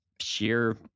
sheer